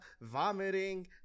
vomiting